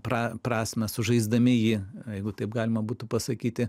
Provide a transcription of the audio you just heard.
prasmę sužaisdami jį jeigu taip galima būtų pasakyti